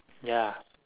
ya